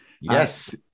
Yes